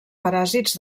paràsits